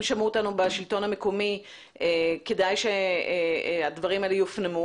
שמעו אותנו בשלטון המקומי כדאי שהדברים האלה יופנמו,